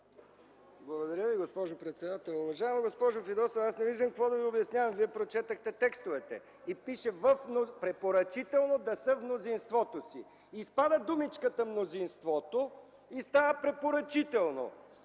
Благодаря Ви, госпожо председател. Уважаема госпожо Фидосова, аз не виждам какво да Ви обяснявам. Вие прочетохте текстовете, където пише: „Препоръчително да са в мнозинството си”. Изпада думичката „мнозинството” и става „ препоръчително”.